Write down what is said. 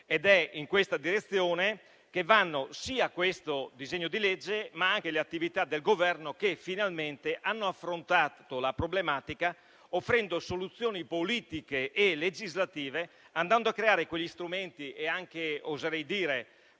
ed è in questa direzione che vanno sia questo disegno di legge, sia le attività del Governo che finalmente affrontano la problematica offrendo soluzioni politiche e legislative, andando a creare quegli strumenti e anche, oserei dire,